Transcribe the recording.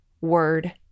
word